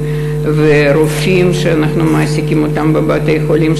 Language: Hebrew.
ועל רופאים שאנחנו מעסיקים בבתי-חולים,